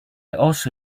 also